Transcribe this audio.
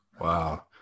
Wow